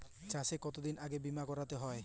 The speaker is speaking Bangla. চাষে কতদিন আগে বিমা করাতে হয়?